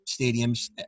stadiums